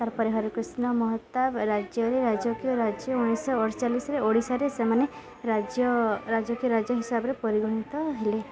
ତାର୍ପରେ ହରିକୃଷ୍ଣ ମହତାବ ରାଜ୍ୟରେ ରାଜକୀୟ ରାଜ୍ୟ ଉଣେଇଶହ ଅଡ଼ଚାଲିଶରେ ଓଡ଼ିଶାରେ ସେମାନେ ରାଜ୍ୟ ରାଜକୀୟ ରାଜ୍ୟ ହିସାବରେ ପରିଗଣିତ ହେଲେ